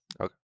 Okay